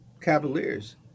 Cavaliers